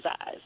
eyes